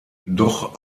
doch